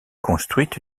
construite